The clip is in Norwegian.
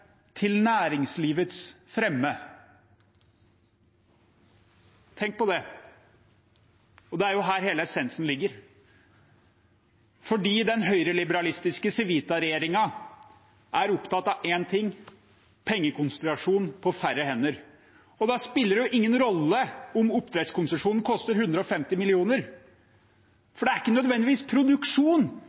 til næringslivets fremme. Tenk på det. Det er jo her hele essensen ligger, fordi den høyreliberalistiske Civita-regjeringen er opptatt av én ting: pengekonsentrasjon på færre hender. Da spiller det ingen rolle om oppdrettskonsesjonen koster 150 mill. kr, for det er ikke nødvendigvis produksjon,